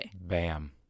Bam